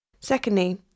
Secondly